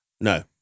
No